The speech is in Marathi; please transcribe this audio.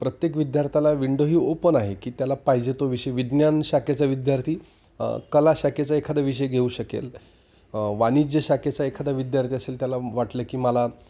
प्रत्येक विद्यार्थ्याला विंडो ही ओपन आहे की त्याला पाहिजे तो विषयी विज्ञान शाखेचा विद्यार्थी कला शाखेचा एखादा विषय घेऊ शकेल वाणिज्य शाखेचा एखादा विद्यार्थी असेल त्याला वाटलं की मला